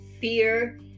fear